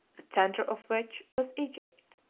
the centre of which was egypt.